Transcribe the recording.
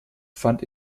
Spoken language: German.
fand